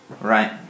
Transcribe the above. Right